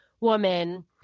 woman